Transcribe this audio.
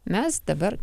mes dabar